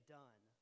done